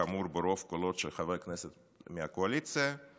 כאמור, ברוב קולות של חברי כנסת מהקואליציה, היא